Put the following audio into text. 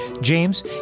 James